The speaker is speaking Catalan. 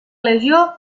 legió